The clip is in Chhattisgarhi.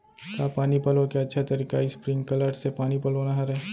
का पानी पलोय के अच्छा तरीका स्प्रिंगकलर से पानी पलोना हरय?